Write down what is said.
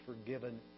forgiven